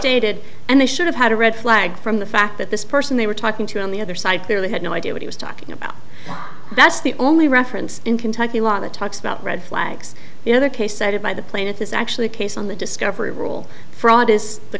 stated and they should have had a red flag from the fact that this person they were talking to on the other side clearly had no idea what he was talking about that's the only reference in kentucky law the talks about red flags the other case cited by the plaintiff is actually a case on the discovery rule fraud is the